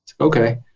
Okay